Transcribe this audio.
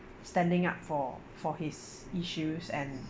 standing up for for his issues and